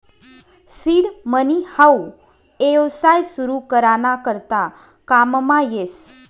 seed money हाऊ येवसाय सुरु करा ना करता काममा येस